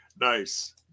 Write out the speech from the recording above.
Nice